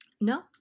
No